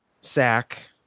sack